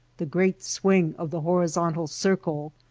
the great swing of the horizontal circle,